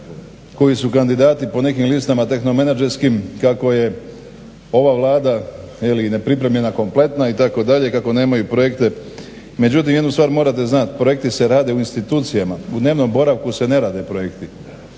koji su kandidati po nekim listama tehnomenadžerskim kako je ova Vlada je li nepripremljena kompletna itd., kako nemaju projekte. Međutim, jednu stvar morate znati. Projekti se rade u institucijama. U dnevnom boravku se ne rade projekti.